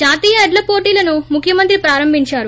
జాతీయ ఎడ్ల పోటీలను ముఖ్యమంత్రి ప్రారంభించారు